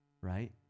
Right